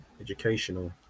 educational